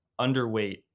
underweight